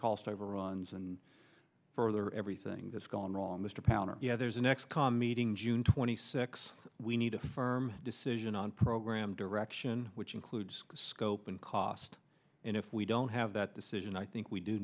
cost overruns and further everything that's gone wrong mr pounder yeah there's an ex con meeting june twenty six we need a firm decision on program direction which includes scope and cost and if we don't have that decision i think we do